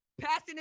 passing